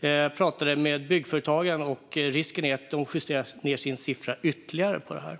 Jag pratade med Byggföretagen, och risken är att de justerar ned sin siffra ytterligare.